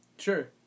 Sure